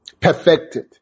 perfected